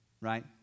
right